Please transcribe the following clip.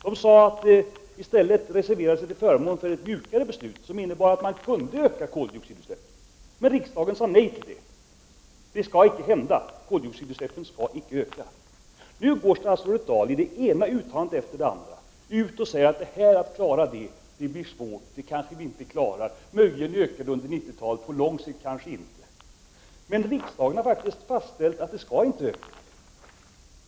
De reserverade sig i stället till förmån för ett mjukare beslut som innebar att koldioxidutsläppen kunde öka, men riksdagen sade nej, koldioxidutsläppen skall inte öka. Nu går statsrådet Dahl ut och säger i det ena uttalandet efter det andra att det blir svårt att uppfylla kraven enligt detta beslut. Det är inte säkert att vi klarar av att minska utsläppen. Det är möjligt att de ökar under 1990-talet, men kanske inte på lång sikt. Men riksdagen har fastställt att koldioxidut släppen inte skall öka.